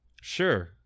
Sure